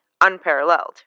unparalleled